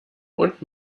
und